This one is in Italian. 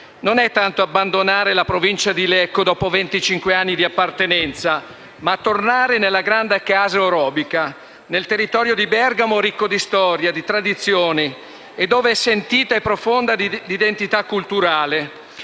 non è tanto abbandonare la Provincia di Lecco, dopo venticinque anni di appartenenza, ma tornare nella grande casa orobica, nel territorio di Bergamo, ricco di storia, di tradizioni e dove è sentita e profonda l'identità culturale.